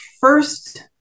first